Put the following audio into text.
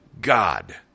God